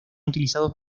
utilizados